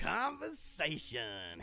conversation